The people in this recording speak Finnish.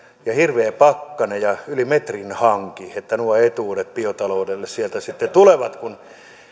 ja hirveä pakkanen ja yli metrin hanki että nuo etuudet biotaloudelle sieltä sitten tulevat kun